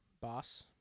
Boss